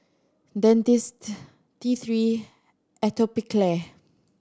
Dentiste T Three Atopiclair